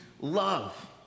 love